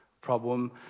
problem